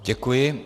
Děkuji.